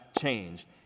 change